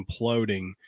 imploding